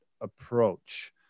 approach